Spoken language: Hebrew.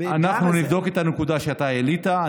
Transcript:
אנחנו נבדוק את הנקודה שהעלית.